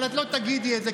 אבל את לא תגידי את זה,